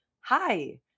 Hi